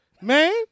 Man